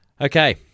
Okay